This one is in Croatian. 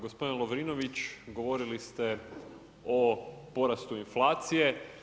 Gospodin Lovrinović, govorili ste o porastu inflacije.